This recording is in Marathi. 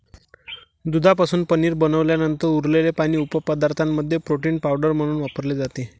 दुधापासून पनीर बनवल्यानंतर उरलेले पाणी उपपदार्थांमध्ये प्रोटीन पावडर म्हणून वापरले जाते